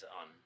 on